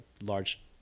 large